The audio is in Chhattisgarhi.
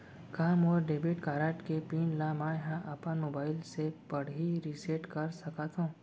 का मोर डेबिट कारड के पिन ल मैं ह अपन मोबाइल से पड़ही रिसेट कर सकत हो?